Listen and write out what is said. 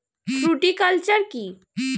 Fruticulture কী?